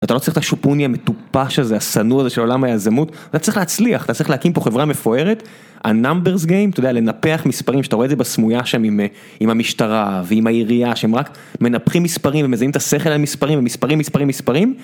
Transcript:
אתה לא צריך את השופוני המטופש הזה, השנוא הזה של עולם היזמות, אתה צריך להצליח, אתה צריך להקים פה חברה מפוארת, הנמברס גיים, אתה יודע, לנפח מספרים, שאתה רואה את זה בסמויה שם עם, עם המשטרה, ועם העירייה, שהם רק, מנפחים מספרים, ומזיינים את השכל על מספרים, ומספרים, מספרים, מספרים.